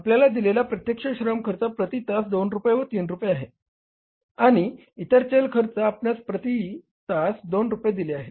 आपल्याला दिलेला प्रत्यक्ष श्रम खर्च प्रती तास 2 रुपये व 3 रुपये आहे आणि इतर चल खर्च आपणास प्रती तास 2 रुपये दिले आहे